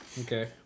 Okay